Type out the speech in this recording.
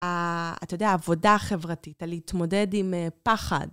אתה יודע, העבודה החברתית, הלהתמודד עם פחד.